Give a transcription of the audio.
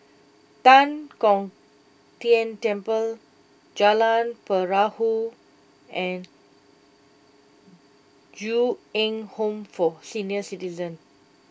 Tan Kong Tian Temple Jalan Perahu and Ju Eng Home for Senior Citizens